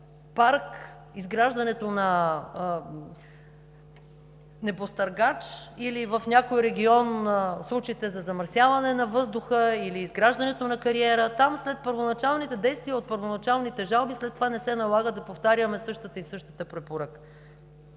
парк, изграждането на небостъргач или в някой регион случаите на замърсяването на въздуха или изграждането на кариера, там след първоначалните действия от първоначалните жалби след това не се налага да повтаряме същата препоръка.